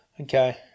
Okay